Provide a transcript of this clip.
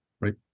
right